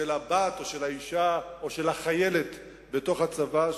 הבת או של האשה או של החיילת בתוך הצבא,